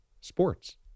sports